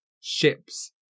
ships